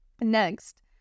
next